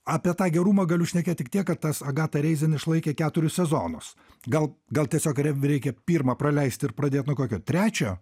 apie tą gerumą galiu šnekėt tik tiek kad tas agata reizin išlaikė keturis sezonus gal gal tiesiog reikia pirmą praleist ir pradėt nuo kokio trečio